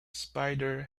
spider